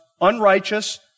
unrighteous